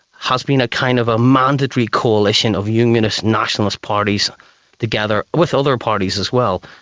has been kind of a mandatory coalition of unionist nationalist parties together, with other parties as well.